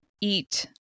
eat